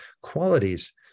qualities